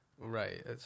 right